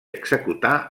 executar